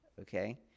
Okay